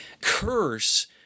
curse